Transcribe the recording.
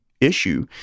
issue